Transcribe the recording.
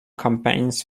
campaigns